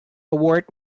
award